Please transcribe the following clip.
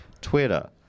Twitter